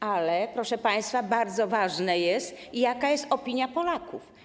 Ale, proszę państwa, bardzo ważne jest, jaka jest opinia Polaków.